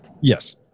Yes